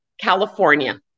California